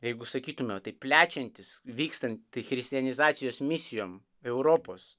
jeigu sakytume taip plečiantis vykstant christianizacijos misijom europos